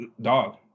Dog